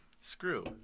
Screw